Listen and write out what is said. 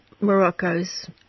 Morocco's